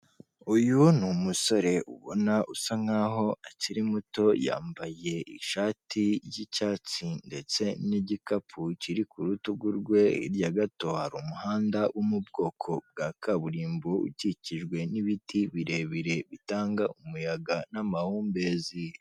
Ni akazu ka emutiyene k'umuhondo, kariho ibyapa byinshi mu bijyanye na serivisi zose za emutiyene, mo imbere harimo umukobwa, ubona ko ari kuganira n'umugabo uje kumwaka serivisi.